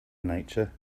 nature